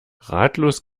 ratlos